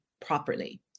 properly